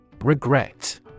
Regret